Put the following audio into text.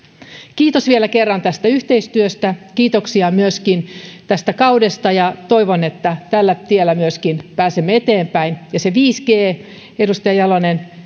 kiitos vielä kerran tästä yhteistyöstä kiitoksia myöskin tästä kaudesta ja toivon että tällä tiellä pääsemme eteenpäin ja sen viisi g n osalta edustaja jalonen